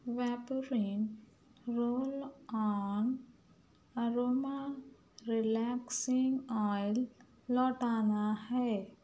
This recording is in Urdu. Vaporin roll on aroma relaxing oil لوٹانا ہے